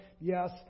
Yes